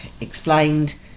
explained